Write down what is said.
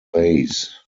base